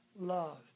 love